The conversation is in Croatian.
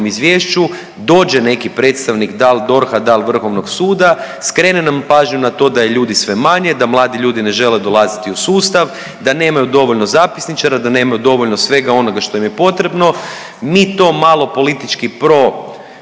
izvješću, dođe neki predstavnik da li DORH-a, da li Vrhovnog suda, skrene nam pažnju na to da je ljudi sve manje, da mladi ljudi ne žele dolaziti u sustav, da nemaju dovoljno zapisničara, da nemaju dovoljno svega onoga što im je potrebno. Mi to malo politički